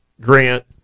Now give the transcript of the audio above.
Grant